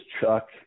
Chuck